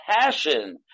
passion